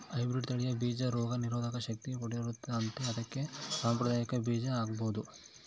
hybrid ತಳಿಯ ಬೀಜ ರೋಗ ನಿರೋಧಕ ಶಕ್ತಿ ಪಡೆದಿರುತ್ತದೆ ಅಂತೆ ಅದಕ್ಕೆ ಸಾಂಪ್ರದಾಯಿಕ ಬೀಜ ಹಾಳಾದ್ವು